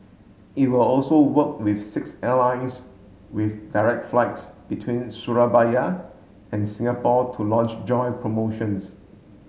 it will also work with six airlines with direct flights between Surabaya and Singapore to launch joint promotions